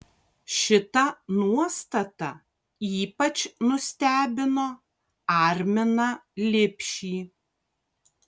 šita nuostata ypač nustebino arminą lipšį